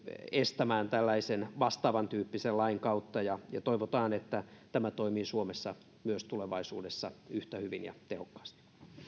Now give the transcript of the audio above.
estämään tällaisen vastaavan tyyppisen lain kautta toivotaan että tämä toimii myös suomessa tulevaisuudessa yhtä hyvin ja tehokkaasti